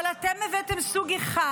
אבל אתם הבאתם סוג אחד.